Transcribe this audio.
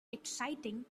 exciting